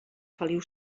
feliu